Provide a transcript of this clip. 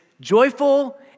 joyful